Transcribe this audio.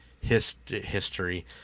history